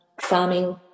farming